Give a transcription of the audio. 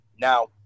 Now